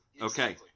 okay